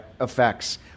effects